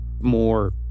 more